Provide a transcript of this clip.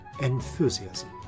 Enthusiasm